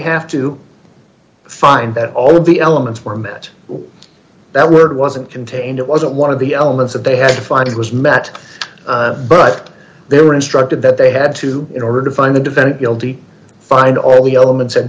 have to find that all of the elements were met that word wasn't contained it wasn't one of the elements that they had to find it was met but they were instructed that they had to in order to find the defendant guilty find all the elements had